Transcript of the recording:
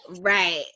Right